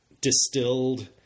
distilled